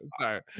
sorry